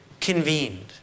convened